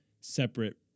separate